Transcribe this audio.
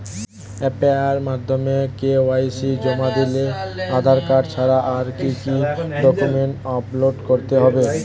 অ্যাপের মাধ্যমে কে.ওয়াই.সি জমা দিলে আধার কার্ড ছাড়া আর কি কি ডকুমেন্টস আপলোড করতে হবে?